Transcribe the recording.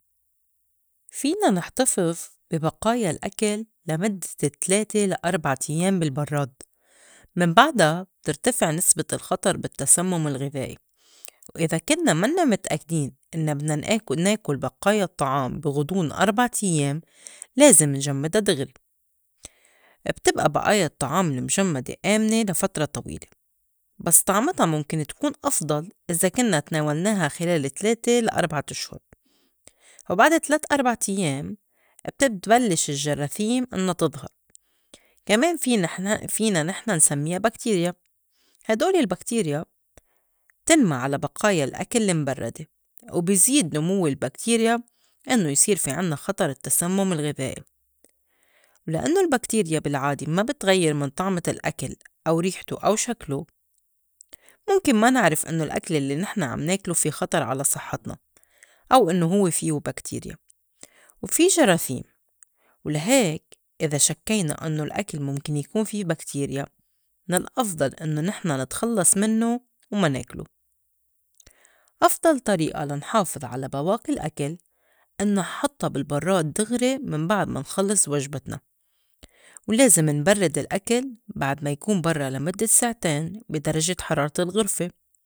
فينا نحتفظ بي بقايا الأكل لمدّة تلاتة لأربع تيّام بالبرّاد من بعدا بترتفع نسبة الخطر بالتسمُّم الغِذائي، وإذا كنّا منّا متأكدين إنّا بدنا نآكل- ناكُل بقايا الطّعام بي غُضون أربع تيّام لازِم نجمِّدا دغري، بتبقى بئايا الطّعام المجمّدة آمنة لفترة طويلة، بس طعمتا مُمكن تكون أفضل إذا كّنا تناولناها خِلال تلاتة لأربع تشهُر. وبعد تلات أربع تيّام بتت- تبلّش الجراثيم إنّا تظهر كمان في- نحن- فينا نحن نسميّا باكتيريا، هيدول الباكتيريا بتنمى على بقايا الأكل المْبرّدة وبيزيد نمو البكتيريا إنّو يصير في عِنّا خطر لتسمُّم الغِذائي, ولإنّو البكتيريا بالعادة ما بتغيّر من طعمة الاكل، أو ريحتو، أو شكلو، مُمكن ما نعرف إنّو الأكل لي نحن عم ناكلو في خطر على صحّتنا أو إنّو هوِّ فيو باكتيريا وفي جراثيم، ولا هيك إذا شكّينا إنّو الأكل مُمكن يكون في باكتيريا من الأفضل إنّو نحن نتخلّص منّو وما ناكلو. أفضل طريئة لنحافظ على بواقي الأكل إنّو حطّا بالبرّاد دغري من بعد ما نخلّض وجبتنا، ولازم نبرّد الأكل بعد ما يكون برّا لمدّة ساعتين بي درجة حرارة الغرفة.